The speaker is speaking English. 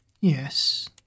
Yes